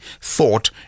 thought